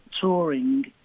touring